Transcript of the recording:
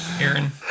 Aaron